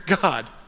God